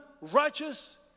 righteous